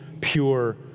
pure